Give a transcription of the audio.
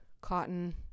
cotton